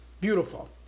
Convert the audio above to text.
Beautiful